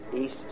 East